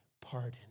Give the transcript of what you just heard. pardon